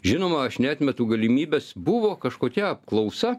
žinoma aš neatmetu galimybės buvo kažkokia apklausa